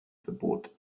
verbot